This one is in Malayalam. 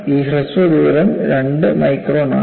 ഈ ഹ്രസ്വ ദൂരം രണ്ട് മൈക്രോൺ ആണ്